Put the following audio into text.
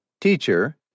teacher